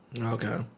Okay